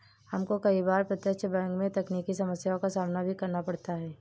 हमको कई बार प्रत्यक्ष बैंक में तकनीकी समस्याओं का सामना भी करना पड़ता है